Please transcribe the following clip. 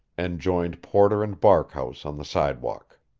and joined porter and barkhouse on the sidewalk.